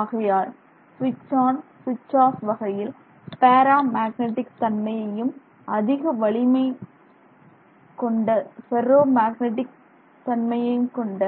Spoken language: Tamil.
ஆகையால் ஸ்விட்ச் ஆன் ஸ்விட்ச் ஆப் வகையில் பேரா மேக்னடிக் தன்மையையும் அதிக வலிமை வகையில் ஃபெர்ரோ மேக்னடிக் தன்மையையும் கொண்ட